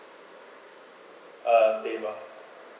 uh deva